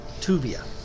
Tuvia